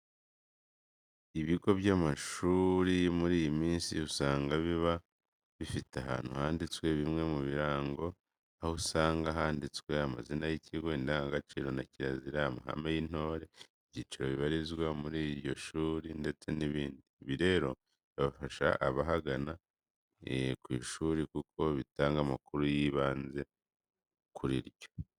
Ibigo by'amashuri muri iyi minsi usanga biba bifite ahantu handitswe bimwe mu bibiranga, aho usanga handitswe amazina y'ikigo, indangagaciro na kirazira, amahame y'intore, ibyiciro bibarizwa muri iryo shuri ndetse n'ibindi. Ibi rero bifasha abagana ishuri kuko bitanga amakuru y'ibanze kuri ryo.